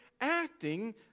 acting